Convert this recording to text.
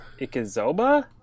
Ikizoba